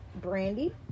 brandy